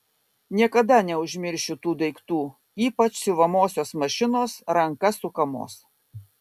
niekada neužmiršiu tų daiktų ypač siuvamosios mašinos ranka sukamos